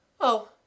Oh